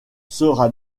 sera